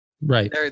right